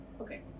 Okay